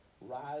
rise